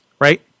Right